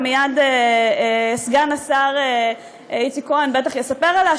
ומייד סגן השר איציק כהן ודאי יספר עליה,